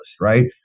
right